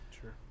Sure